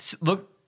Look